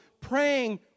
praying